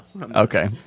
Okay